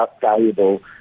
valuable